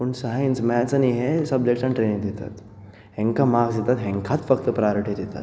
पूण science maths आनी हें सब्जसांत ट्रेनींग दितात हांकां मार्क्स दितात हांकांच फक्त प्रोयोरिटी दितात